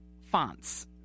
fonts